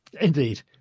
Indeed